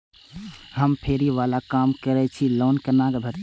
हम फैरी बाला काम करै छी लोन कैना भेटते?